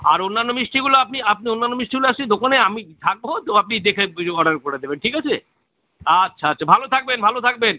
আর অন্যান্য মিষ্টিগুলো আপনি আপনি অন্যান্য মিষ্টিগুলো আসে দোকানে আমি থাকবো তো আপনি দেখে বুঝে অর্ডার করে দেবেন ঠিক আছে আচ্ছা আচ্ছা ভালো থাকবেন ভালো থাকবেন